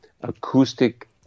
acoustic